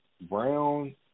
Brown